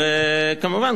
וכמובן,